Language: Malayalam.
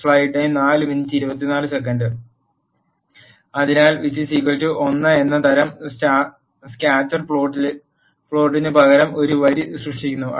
അതിനാൽ l എന്ന തരം സ്കാറ്റർ പ്ലോട്ടിന് പകരം ഒരു വരി സൃഷ്ടിക്കുന്നു